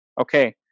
okay